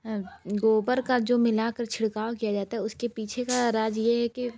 गोबर का जो मिला कर छिड़काव किया जाता है उसके पीछे का राज़ यह है कि